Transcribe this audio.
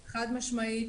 חד-משמעית.